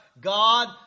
God